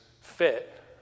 fit